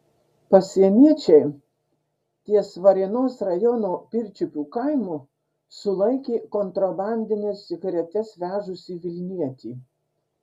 pasieniečiai ties varėnos rajono pirčiupių kaimu sulaikė kontrabandines cigaretes vežusį vilnietį